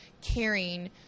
caring